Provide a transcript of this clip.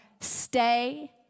stay